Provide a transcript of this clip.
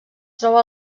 troba